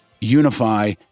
unify